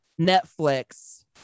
Netflix